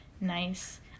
nice